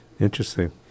Interesting